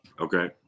Okay